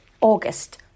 August